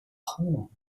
home